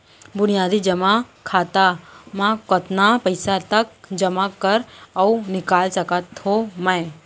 बुनियादी जेमा खाता म कतना पइसा तक जेमा कर अऊ निकाल सकत हो मैं?